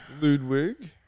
Ludwig